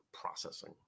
processing